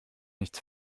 nichts